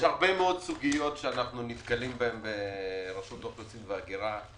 יש הרבה מאוד סוגיות שאנחנו נתקלים בהן ברשות האוכלוסין וההגירה,